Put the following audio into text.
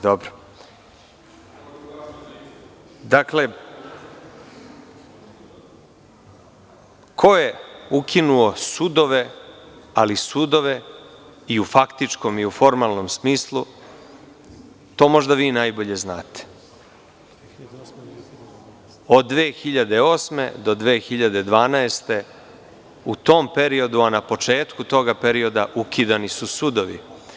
Dakle, ko je ukinuo sudove, ali sudove i u faktičkom i u formalnom smislu, to možda vi najbolje znate, od 2008. do 2012. godine, na početku toga perioda ukidani su sudovi.